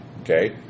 Okay